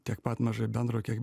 tiek pat mažai bendro kiek